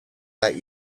that